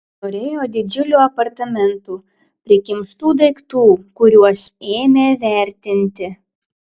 norėjo didžiulių apartamentų prikimštų daiktų kuriuos ėmė vertinti